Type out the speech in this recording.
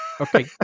Okay